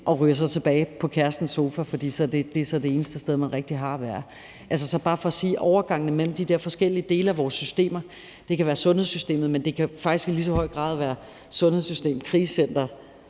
og ryger så tilbage på kærestens sofa, fordi det så er det eneste sted, man rigtig har at være. Så det er bare for at sige, at overgangene mellem de der forskellige dele af vores systemer har vi rigtig svært ved at håndtere. Det kan være sundhedssystemet, men det kan faktisk i lige så høj grad være krisecenter,